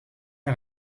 est